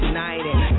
United